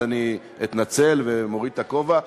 אז אני אתנצל ואוריד את הכובע.